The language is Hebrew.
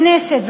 הכנסת,